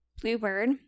Bluebird